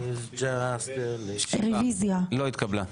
לא התקבלה.